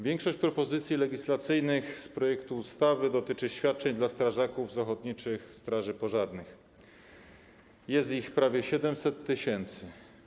Większość propozycji legislacyjnych z projektu ustawy dotyczy świadczeń dla strażaków z ochotniczych straży pożarnych, których jest prawie 700 tys.